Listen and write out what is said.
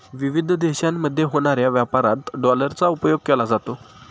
विविध देशांमध्ये होणाऱ्या व्यापारात डॉलरचा उपयोग केला जातो